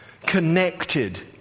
connected